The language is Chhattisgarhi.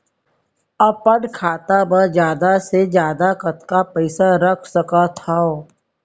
अपन खाता मा जादा से जादा कतका पइसा रख सकत हव?